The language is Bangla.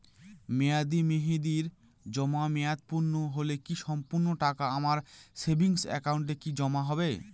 মেয়াদী মেহেদির জমা মেয়াদ পূর্ণ হলে কি সম্পূর্ণ টাকা আমার সেভিংস একাউন্টে কি জমা হবে?